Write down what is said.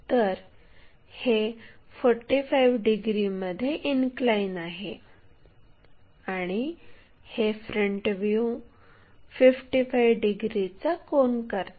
तर हे 45 डिग्रीमध्ये इनक्लाइन आहे आणि हे फ्रंट व्ह्यू 55 डिग्रीचा कोन करते